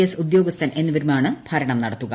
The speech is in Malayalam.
എസ് ഉദ്യോഗസ്ഥൻ എന്നിവരുമാണ് ഭരണം നടത്തുക